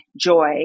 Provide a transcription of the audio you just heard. joy